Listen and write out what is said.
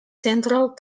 central